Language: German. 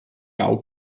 gau